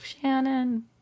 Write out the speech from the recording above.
Shannon